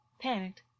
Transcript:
panicked